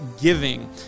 giving